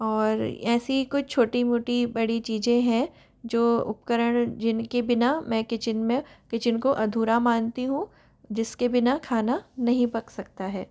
और ऐसी कुछ छोटी मोटी बड़ी चीज़ें हैं जो उपकरण जिनके बिना मैं किचन में किचन को अधूरा मानती हूँ जिसके बिना खाना नहीं पक सकता है